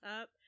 up